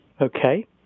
Okay